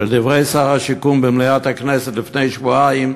שלפי דברי שר הבינוי והשיכון במליאת הכנסת לפני שבועיים,